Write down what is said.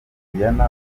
juliana